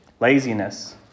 laziness